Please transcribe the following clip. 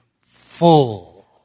full